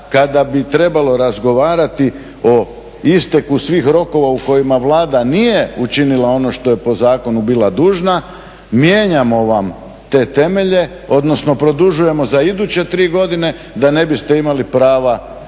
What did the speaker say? kada bi trebalo razgovarati o isteku svih rokova u kojima Vlada nije učinila ono što je po zakonu bila dužna, mijenjamo vam te temelje, odnosno produžujemo za iduće 3 godine da ne biste imali prava tužiti